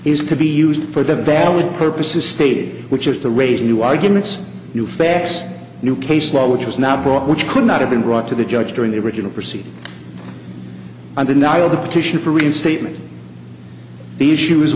is to be used for the valid purposes stated which is to raise new arguments new facts new case law which was not brought which could not have been brought to the judge during the original proceeding on the nile the petition for reinstatement the